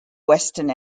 western